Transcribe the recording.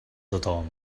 tothom